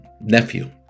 nephew